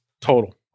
Total